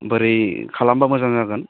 बोरै खालामब्ला मोजां जागोन